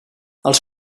els